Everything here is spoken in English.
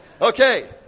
Okay